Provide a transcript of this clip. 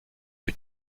fut